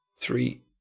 three